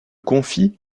confit